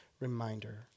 reminder